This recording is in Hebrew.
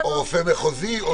שרופא מחוזי.